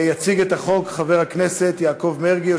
יציג את החוק חבר הכנסת יעקב מרגי,